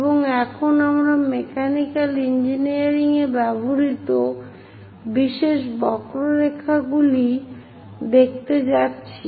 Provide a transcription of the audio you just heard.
এবং এখন আমরা মেকানিক্যাল ইঞ্জিনিয়ারিংয়ে ব্যবহৃত বিশেষ বক্ররেখা গুলি দেখতে যাচ্ছি